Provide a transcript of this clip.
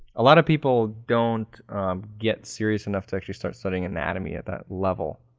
a lot of people don't get serious enough to actually start studying anatomy at that level.